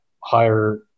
higher